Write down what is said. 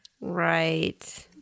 Right